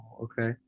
okay